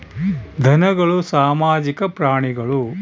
ಧನಗಳು ಸಾಮಾಜಿಕ ಪ್ರಾಣಿಗಳು